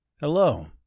Hello